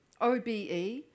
OBE